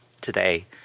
today